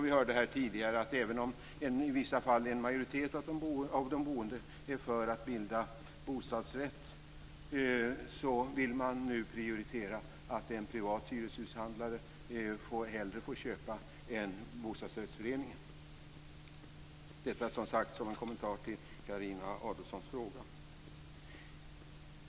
Vi hörde här tidigare att även om de boende i vissa fall är för att bilda bostadsrätt vill man prioritera en privat hyreshushandlare så att denne hellre får köpa än bostadsrättsföreningen. Detta som en kommentar till Carina Adolfssons fråga.